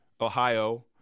Ohio